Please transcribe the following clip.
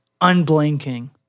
unblinking